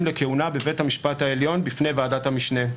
לכהונה בבית המשפט העליון בפני ועדת המשנה.